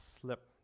slip